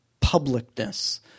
publicness